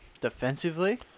defensively